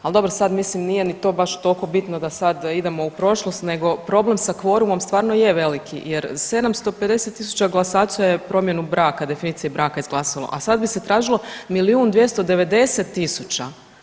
Ali dobro sad mislim nije ni to baš toliko bitno da sad idemo u prošlost nego problem sa kvorumom stvarno je veliki jer 750.000 glasača je promjenu braka, definicije braka izglasalo, a sad bi se tražilo milijun 290 tisuća.